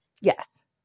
Yes